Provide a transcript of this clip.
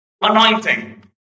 anointing